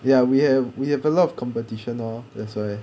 ya we have we have a lot of competition lor that's why